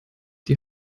die